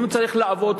אם הוא צריך לעבוד,